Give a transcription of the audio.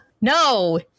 no